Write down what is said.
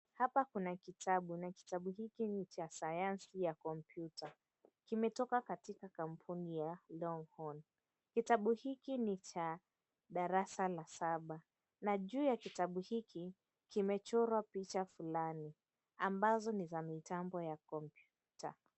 Hapa kuna kitabu na kitabu hiki ni cha Sayansi ya Kompyuta. Kimetoka katika kampuni ya Longhorn. Kitabu hiki ni cha darasa la saba na juu ya kitabu hiki, kimechorwa picha fulani ambazo ni za mitambo ya komyuta.